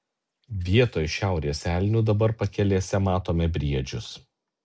vietoj šiaurės elnių dabar pakelėse matome briedžius